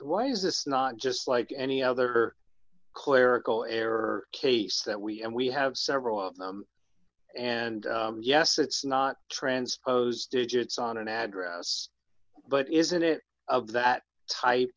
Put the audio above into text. why is this not just like any other clerical error case that we and we have several of them and yes it's not transposed digits on an address but isn't it that type